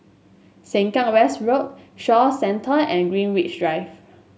Sengkang West Road Shaw Centre and Greenwich Drive